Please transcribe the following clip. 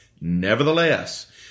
Nevertheless